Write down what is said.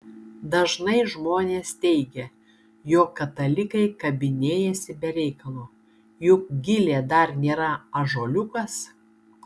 dažnai žmonės teigia jog katalikai kabinėjasi be reikalo juk gilė dar nėra ąžuoliukas